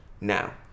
now